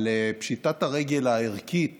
על פשיטת הרגל הערכית